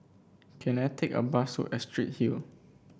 can I take a bus to Astrid Hill